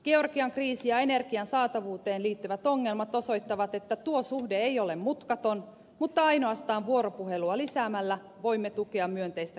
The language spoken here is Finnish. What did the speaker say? georgian kriisi ja energian saatavuuteen liittyvät ongelmat osoittavat että tuo suhde ei ole mutkaton mutta ainoastaan vuoropuhelua lisäämällä voimme tukea myönteistä kehitystä venäjällä